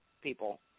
people